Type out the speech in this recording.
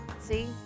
See